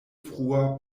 frua